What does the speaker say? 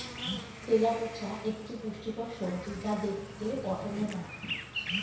তেলাকুচা একটি পুষ্টিকর সবজি যা দেখতে পটোলের মতো